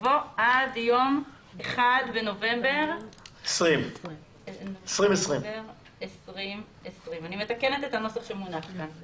יבוא "עד יום 1 בנובמבר 2020". אני מתקנת את הנוסח שמונח כאן.